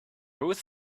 ruth